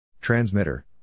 Transmitter